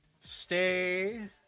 stay